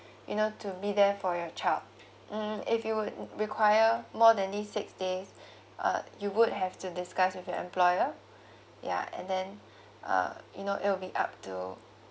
you know to be there for your child mm if you would require more than this six days uh you would have to discuss with your employer yeah and then uh you know it will be up to